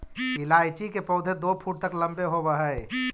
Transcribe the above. इलायची के पौधे दो फुट तक लंबे होवअ हई